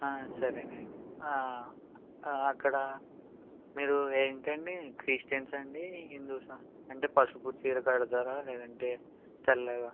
ఆ సరేనండి ఆ ఆ అక్కడ మీరు ఏంటండీ క్రిస్టియన్సా అండి హిందూసా అంటే పసుపు చీర కడతారా లేదంటే తెల్లదా